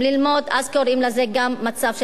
אז קוראים לזה גם מצב של אפרטהייד.